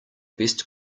best